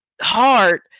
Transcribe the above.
hard